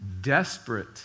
Desperate